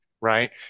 right